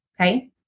okay